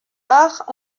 art